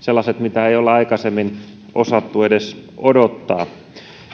sellaiset mitä ei olla aikaisemmin osattu edes odottaa